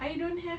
I don't have